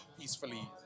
peacefully